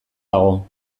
dago